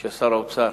ששר האוצר